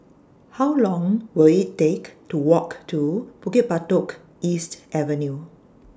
How Long Will IT Take to Walk to Bukit Batok East Avenue